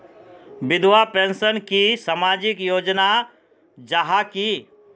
विधवा पेंशन की सामाजिक योजना जाहा की?